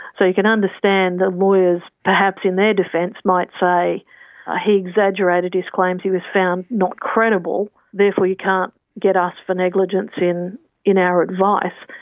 so you can understand the lawyers perhaps in their defence might say ah he exaggerated his claims, he was found not credible, therefore you can't get us for negligence in in our advice.